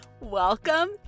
Welcome